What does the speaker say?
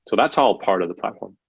so that's all part of the platform.